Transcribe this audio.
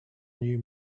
new